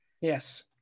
Yes